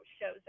shows